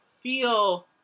feel